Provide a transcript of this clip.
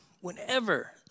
whenever